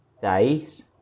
days